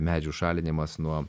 medžių šalinimas nuo